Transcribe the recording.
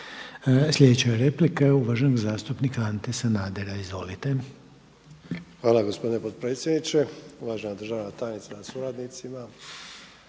Sljedeća replika je uvaženog zastupnika Ante Sanadera, izvolite. **Sanader, Ante (HDZ)** Hvala gospodine potpredsjedniče, uvažena državna tajnice sa suradnicima.